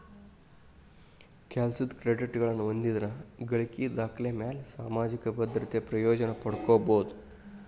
ಕೆಲಸದ್ ಕ್ರೆಡಿಟ್ಗಳನ್ನ ಹೊಂದಿದ್ರ ಗಳಿಕಿ ದಾಖಲೆಮ್ಯಾಲೆ ಸಾಮಾಜಿಕ ಭದ್ರತೆ ಪ್ರಯೋಜನ ಪಡ್ಕೋಬೋದು